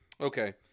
Okay